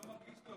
הוא לא מרגיש טוב.